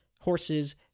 horses